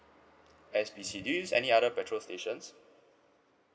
S_P_C do you use any other petrol stations